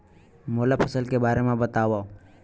मोला फसल के बारे म बतावव?